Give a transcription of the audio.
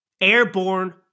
airborne